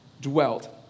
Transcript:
dwelt